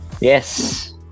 Yes